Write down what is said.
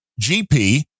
GP